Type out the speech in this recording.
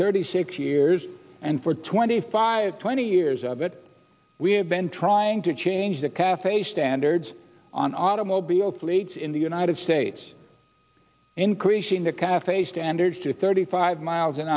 thirty six years and for twenty five twenty years of it we have been trying to change the cafe standards on automobiles plates in the united states increasing the cafe standards to thirty five miles an